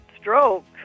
stroke